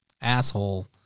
asshole